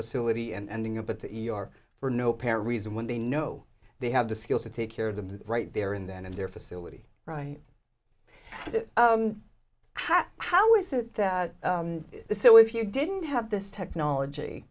facility and ending up at the e r for no apparent reason when they know they have the skills to take care of them right there and then in their facility right how is it that so if you didn't have this technology